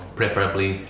preferably